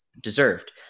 deserved